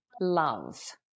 love